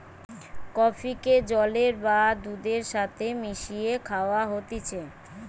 কফিকে জলের বা দুধের সাথে মিশিয়ে খায়া হতিছে